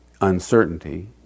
uncertainty